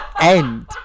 end